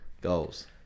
goals